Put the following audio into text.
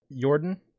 Jordan